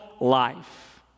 life